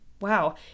wow